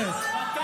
בהוראות פתיחה באש.